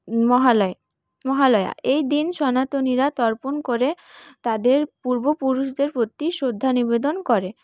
মহালয় মহালয়া এইদিন সনাতনীরা তর্পণ করে তাদের পূর্বপুরুষদের প্রতি শ্রদ্ধা নিবেদন করে